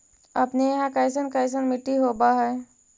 अपने यहाँ कैसन कैसन मिट्टी होब है?